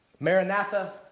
Maranatha